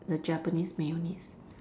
the Japanese mayonnaise